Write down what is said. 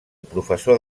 professor